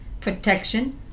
protection